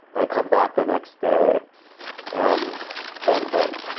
i come back the next day and same thing.